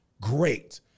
Great